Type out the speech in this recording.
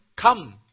come